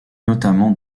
notamment